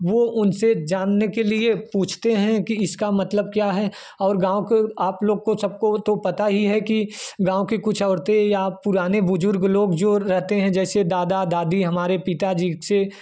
वो उनसे जानने के लिए पूछते हैं कि इसका मतलब क्या है और गाँव को आप लोग को सबको तो पता ही है कि गाँव के कुछ औरतें या पुराने बुज़ुर्ग लोग जो रहते हैं जैसे दादा दादी हमारे पिताजी से